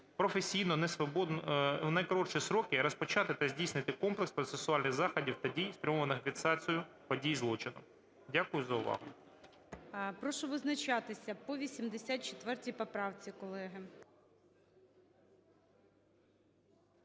Професійно, у найкоротші строки розпочати та здійснити комплекс процесуальних заходів та дій, спрямованих на фіксацію подій злочину. Дякую за увагу. ГОЛОВУЮЧИЙ. Прошу визначатися по 84 поправці, колеги.